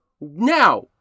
Now